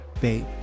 babe